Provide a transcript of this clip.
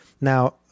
Now